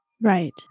Right